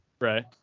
Right